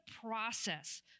process